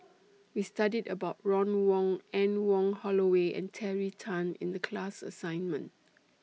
We studied about Ron Wong Anne Wong Holloway and Terry Tan in The class assignment